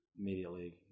immediately